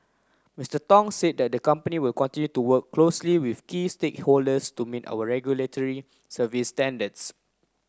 Mr Tong said the company will to work closely with key stakeholders to meet regulatory service standards